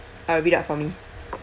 uh read out for me